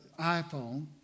iPhone